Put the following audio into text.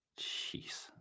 jeez